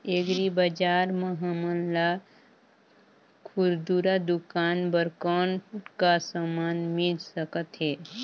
Agri बजार म हमन ला खुरदुरा दुकान बर कौन का समान मिल सकत हे?